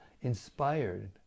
inspired